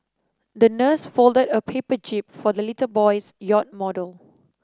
the nurse folded a paper jib for the little boy's yacht model